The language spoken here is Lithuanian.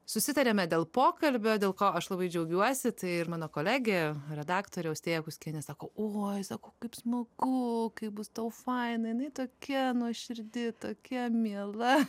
susitarėme dėl pokalbio dėl ko aš labai džiaugiuosi tai ir mano kolegė redaktorė austėja kuskienė sako oi sako kaip smagu kaip bus tau failai jinai tokia nuoširdi tokia miela